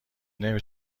نمی